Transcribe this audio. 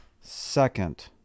Second